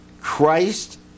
Christ